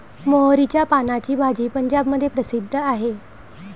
मोहरीच्या पानाची भाजी पंजाबमध्ये प्रसिद्ध आहे